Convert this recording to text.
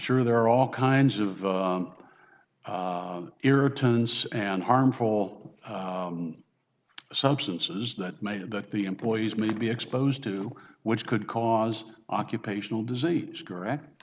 sure there are all kinds of irritants and harmful substances that may have that the employees may be exposed to which could cause occupational disease correct